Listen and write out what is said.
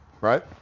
Right